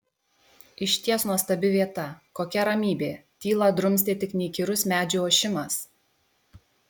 išties nuostabi vieta kokia ramybė tylą drumstė tik neįkyrus medžių ošimas